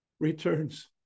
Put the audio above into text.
returns